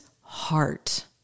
heart